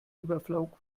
überflog